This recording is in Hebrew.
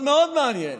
מאוד מאוד מעניין,